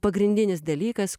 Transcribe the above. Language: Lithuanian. pagrindinis dalykas